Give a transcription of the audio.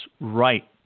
right